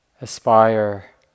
aspire